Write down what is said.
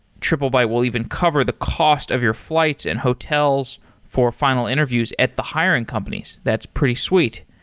triplebyte will even cover the cost of your flights and hotels for final interviews at the hiring companies. that's pretty sweet.